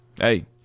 Hey